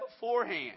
beforehand